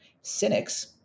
cynics